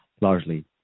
largely